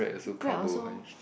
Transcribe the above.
bread also